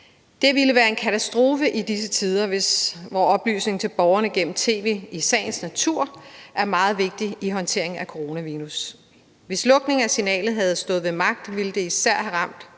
Det ville være en katastrofe i disse tider, hvor oplysning til borgerne gennem tv i sagens natur er meget vigtig i forbindelse med håndteringen af coronavirus. Hvis lukningen af signalet havde stået ved magt, ville det især have ramt